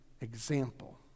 example